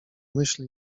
myśl